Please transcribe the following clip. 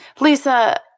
Lisa